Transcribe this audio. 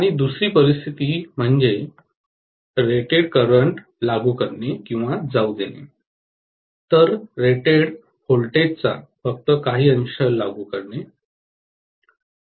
आणि दुसरी परिस्थिती म्हणजे रेटेड करंट लागू करणे किंवा जाऊ देणे तर रेटेड व्होल्टेजचा फक्त काही अंश लागू करणे